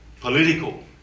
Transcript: political